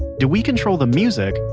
do we control the music,